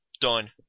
Done